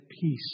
peace